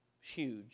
Huge